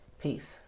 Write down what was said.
Peace